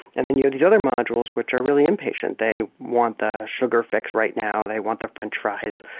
and then you've these other modules which are really impatient, they want the sugar fix right now, they want the french fries,